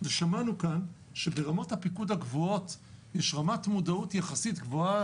שמענו כאן שברמות הפיקוד הגבוהות יש רמת מודעות יחסית גבוהה